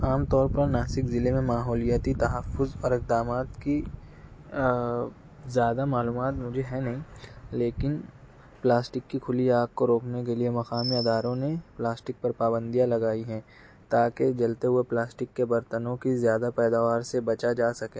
عام طور پر ناسک ضلعے میں ماحولیاتی تحفظ اور اقدامات کی زیادہ معلومات مجھے ہے نہیں لیکن پلاسٹک کی کھلی آگ کو روکنے کے لیے مقامی اداروں نے پلاسٹک پر پابندیاں لگائی ہیں تاکہ جلتے ہوئے پلاسٹک کے برتنوں کی زیادہ پیداوار سے بچا جا سکے